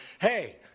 hey